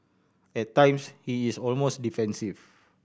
at times he is almost defensive